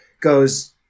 goes